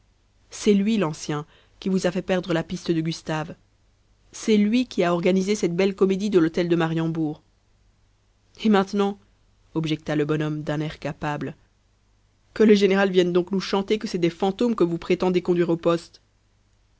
c'est lui l'ancien qui vous a fait perdre la piste de gustave c'est lui qui a organisé cette belle comédie de l'hôtel de mariembourg et maintenant objecta le bonhomme d'un air capable que le général vienne donc nous chanter que c'est des fantômes que vous prétendez conduire au poste